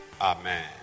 amen